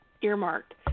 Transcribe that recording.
earmarked